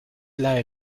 leihe